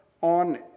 on